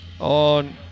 on